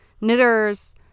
knitters